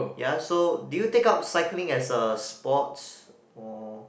ya so do you take up cycling as a sports or